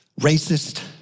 racist